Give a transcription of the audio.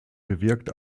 bewirkt